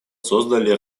создали